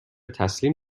تسلیم